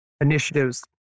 initiatives